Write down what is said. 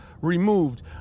removed